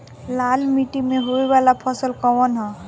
लाल मीट्टी में होए वाला फसल कउन ह?